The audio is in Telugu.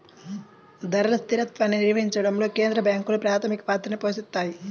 ధరల స్థిరత్వాన్ని నిర్వహించడంలో కేంద్ర బ్యాంకులు ప్రాథమిక పాత్రని పోషిత్తాయి